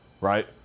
right